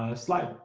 ah slide.